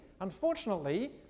unfortunately